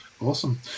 Awesome